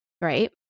Right